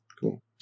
cool